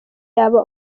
yaba